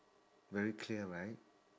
very clear right